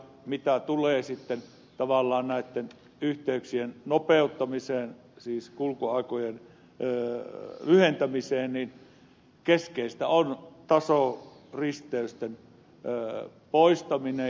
mitä tulee sitten tavallaan näitten yhteyksien nopeuttamiseen siis kulkuaikojen lyhentämiseen niin keskeistä on tasoristeysten poistaminen